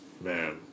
man